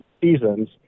seasons